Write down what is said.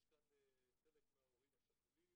יש כאן חלק מההורים השכולים.